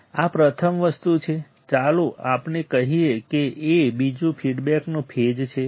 આ પ્રથમ વસ્તુ છે ચાલો આપણે કહીએ કે A બીજું ફીડબેકનો ફેઝ છે